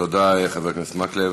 תודה, חבר הכנסת מקלב.